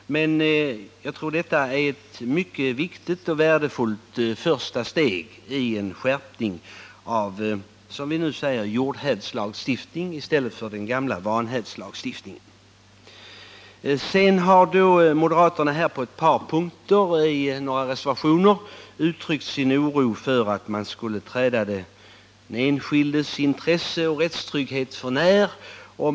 Jag tror dock att vi nu tar ett viktigt och värdefullt första steg i och med denna skärpning av jordhävdslagstiftningen, som träder i stället för den gamla vanhävdslagstiftningen. Moderaterna har på ett par punkter i några reservationer uttryckt sin oro för att man skulle träda den enskildes intresse och rättstrygghet för när.